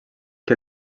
que